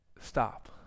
Stop